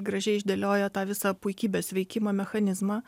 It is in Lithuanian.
gražiai išdėliojo tą visą puikybės veikimo mechanizmą